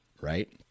right